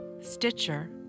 stitcher